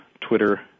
Twitter